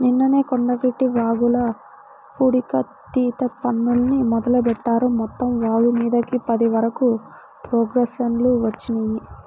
నిన్ననే కొండవీటి వాగుల పూడికతీత పనుల్ని మొదలుబెట్టారు, మొత్తం వాగుమీదకి పది వరకు ప్రొక్లైన్లు వచ్చినియ్యి